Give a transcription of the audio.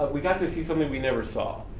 but we got to see something we never saw,